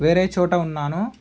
వేరే చోట ఉన్నాను